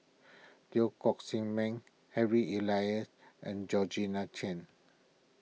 Teo Koh Sock Miang Harry Elias and Georgette Chen